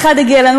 אחד הגיע אלינו,